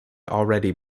already